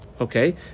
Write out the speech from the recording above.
okay